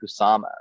Kusama